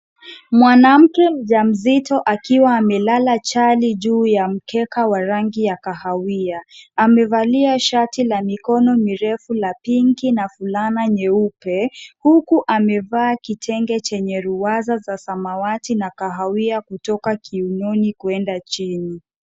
Mwanamke mjamzito akiwa amelala chali juu ya mkeka wa rangi ya kahawia. Amevalisha shati la mikono mirefu la pinki na fulana nyeupe, huku amevaa kitenge chenye luwaza za samawati na kahawia kutoka kiunoni kuenda chini.